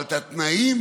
אבל התנאים,